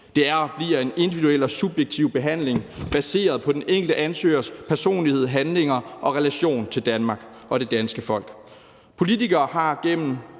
bliver en individuel og subjektiv behandling baseret på den enkelte ansøgers personlighed, handlinger og relation til Danmark og det danske folk. Politikere har gennem